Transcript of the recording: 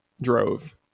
drove